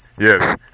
Yes